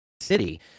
City